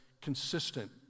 consistent